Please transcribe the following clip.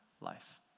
life